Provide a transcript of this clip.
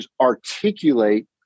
articulate